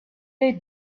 they